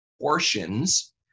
portions